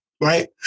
right